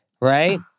right